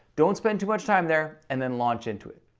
don't spend too much time there and then launch into it.